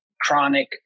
chronic